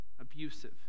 abusive